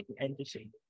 entity